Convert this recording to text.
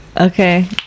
Okay